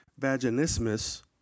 vaginismus